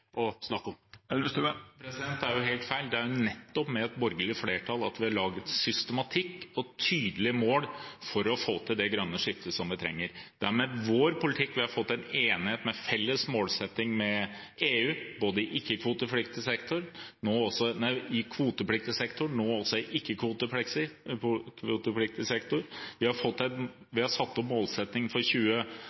Det er jo helt feil. Det er nettopp med et borgerlig flertall at vi har laget systematikk og tydelige mål for å få til det grønne skiftet vi trenger. Det er med vår politikk vi har fått en enighet og felles målsetting med EU i kvotepliktig sektor – nå også i ikkekvotepliktig sektor. Vi har satt opp målsettingen for 2030 til 50 pst., og vi